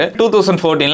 2014